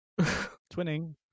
Twinning